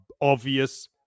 obvious